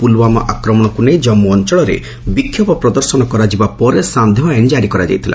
ପୁଲ୍ୱାମା ଆକ୍ରମଣକୁ ନେଇ ଜମ୍ମୁ ଅଞ୍ଚଳରେ ବିକ୍ଷୋଭ ପ୍ରଦର୍ଶନ କରାଯିବା ପରେ ସାନ୍ଧ୍ୟ ଆଇନ୍ ଜାରି କରାଯାଇଥିଲା